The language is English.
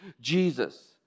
Jesus